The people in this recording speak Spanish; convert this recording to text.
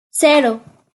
cero